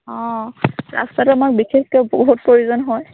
অঁ ৰাস্তাটো আমাক বিশেষকৈ বহুত প্ৰয়োজন হয়